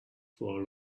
for